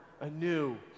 anew